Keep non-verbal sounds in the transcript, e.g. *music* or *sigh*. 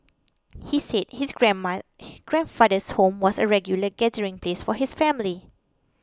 he said his grandma *noise* grandfather's home was a regular gathering place for his family